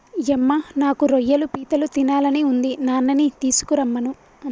యమ్మ నాకు రొయ్యలు పీతలు తినాలని ఉంది నాన్ననీ తీసుకురమ్మను